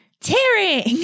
Tearing